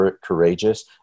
courageous